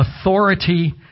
authority